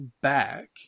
back